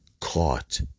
caught